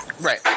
Right